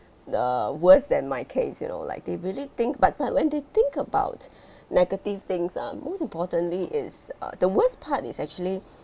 err worse than my case you know like they really think but like when they think about negative things ah most importantly is uh the worst part is actually